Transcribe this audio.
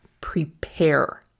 Prepare